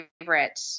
favorite